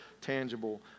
tangible